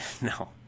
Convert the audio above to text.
No